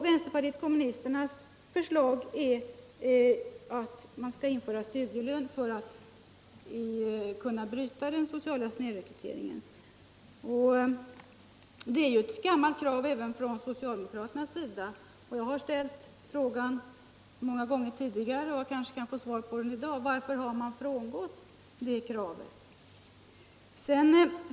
Vänsterpartiet kommunisternas förslag är att man skall införa studielön för att kunna bryta den sociala snedrekryteringen. Detta är ju ett gammalt krav även från socialdemokraterna. Jag har många gånger tidigare ställt frågan, som jag kanske kan få svar på i dag: Varför har man frångått det kravet?